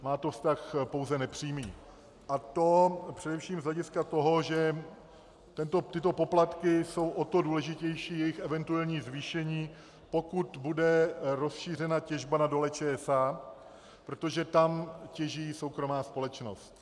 Má to vztah pouze nepřímý, a to především z hlediska toho, že tyto poplatky jsou o to důležitější, jejich eventuální zvýšení, pokud bude rozšířena těžba na Dole ČSA, protože tam těží soukromá společnost.